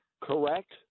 correct